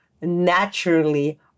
naturally